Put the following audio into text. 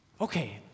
Okay